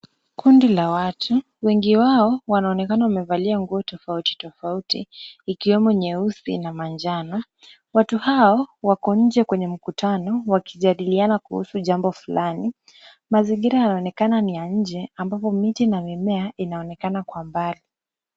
Kundi la watu wengi wao wanaonekana wamevalia nguo tofauti tofauti ikiwemo nyeusi na manjano. Watu hao wako nje kwenye mkutano wakijadiliana kuhusu jambo fulani. Mazingira yanaonekana ni ya nje ambapo miti na mimea inaonekana kwa mbali.